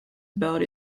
about